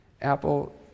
Apple